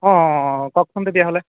অঁ অঁ অঁ অঁ কওকচোন তেতিয়াহ'লে